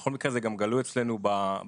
בכל מקרה, זה גם גלוי אצלנו באתר.